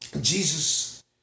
Jesus